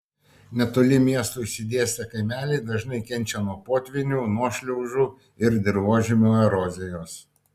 netoli miesto išsidėstę kaimeliai dažnai kenčia nuo potvynių nuošliaužų ir dirvožemio erozijos